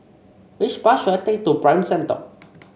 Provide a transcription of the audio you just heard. which bus should I take to Prime Centre